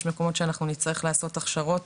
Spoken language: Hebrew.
יש מקומות שנצטרך לעשות הכשרות